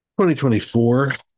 2024